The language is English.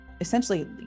essentially